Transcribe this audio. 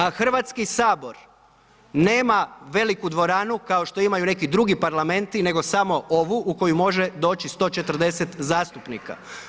A Hrvatski sabor nema veliku dvoranu kao što imaju neki drugi Parlamenti nego samo ovu u koju može doći 140 zastupnika.